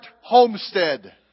Homestead